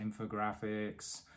infographics